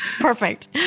Perfect